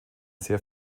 sehr